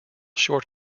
short